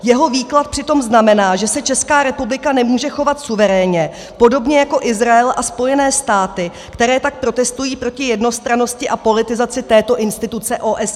Jeho výklad přitom znamená, že se Česká republika nemůže chovat suverénně, podobně jako Izrael a Spojené státy, které tak protestují proti jednostrannosti a politizaci této instituce OSN.